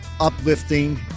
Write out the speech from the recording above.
uplifting